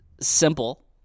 simple